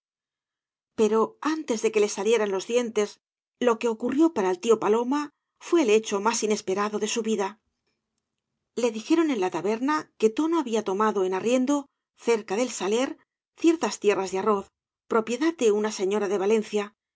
pero antes de que le salieran los dientes lo que ocurrió para el tío paloma fué el hecho más inesperado de su vida le dijeron en la taberna que tono había tomado en arriendo cerca del saler ciertas tierras de arroz propiedad de una señora de valencia